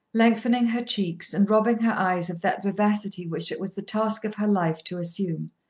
lengthening her cheeks, and robbing her eyes of that vivacity which it was the task of her life to assume.